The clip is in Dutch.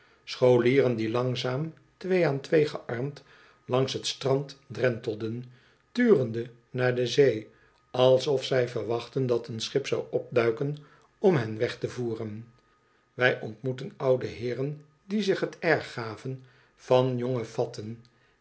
scholieren die langzaam twee aan twee gearmd langs het strand drentelden turende naar de zee alsof zij verwachtten dat een schip zou opduiken om hen weg te voeren wij ontmoetten oude neeren die zich het air gaven van jonge fatten